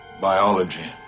biology